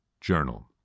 journal